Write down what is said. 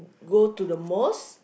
go to the mosque